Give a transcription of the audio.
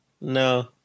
No